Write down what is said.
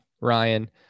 Ryan